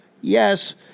yes